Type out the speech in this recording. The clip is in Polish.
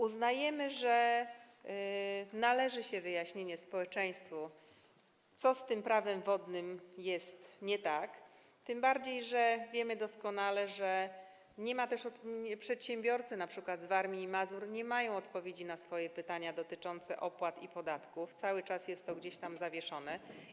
Uznajemy, że należy się wyjaśnienie społeczeństwu, co z tym Prawem wodnym jest nie tak, tym bardziej że wiemy doskonale, że np. przedsiębiorcy z Warmii i Mazur nie mają odpowiedzi na swoje pytania dotyczące opłat i podatków, cały czas jest to gdzieś zawieszone.